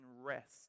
rest